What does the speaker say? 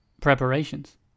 Preparations